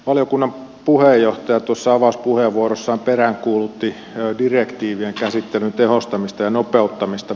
valiokunnan puheenjohtaja tuossa avauspuheenvuorossaan peräänkuulutti direktiivien käsittelyn tehostamista ja nopeuttamista